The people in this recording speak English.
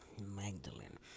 Magdalene